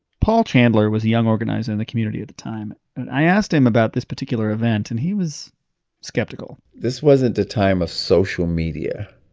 paul chandler was a young organizer in the community at the time. and i asked him about this particular event, and he was skeptical this wasn't a time of social media.